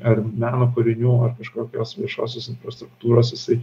ar meno kūrinių ar kažkokios viešosios infrastruktūros jisai